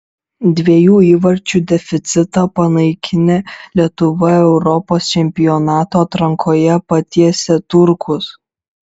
dviejų įvarčių deficitą panaikinę lietuviai europos čempionato atrankoje patiesė turkus